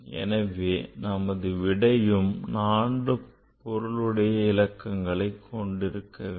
எனவே நமது விடையும் 4 பொருளுடைய இலக்கங்களைக் கொண்டிருக்க வேண்டும்